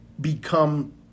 become